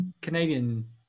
Canadian